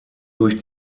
durch